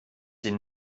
sie